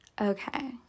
Okay